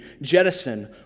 jettison